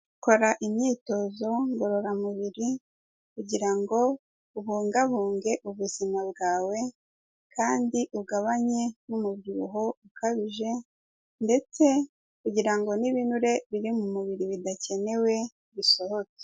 Kora imyitozo ngororamubiri, kugira ngo ubungabunge ubuzima bwawe, kandi ugabanye n'umubyibuho ukabije, ndetse kugira ngo n'ibinure biri mu mubiri bidakenewe bisohoke.